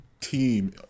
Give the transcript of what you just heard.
team